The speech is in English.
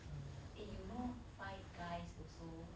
orh eh you know five guys also